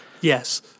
Yes